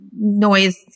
noise